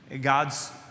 God's